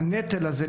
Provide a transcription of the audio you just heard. הנטל הזה,